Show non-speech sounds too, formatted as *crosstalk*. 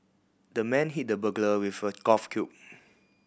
the man hit the burglar with a golf *unintelligible*